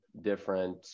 different